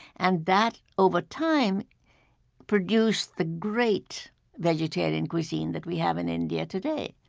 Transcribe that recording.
and that over time produced the great vegetarian cuisine that we have in india today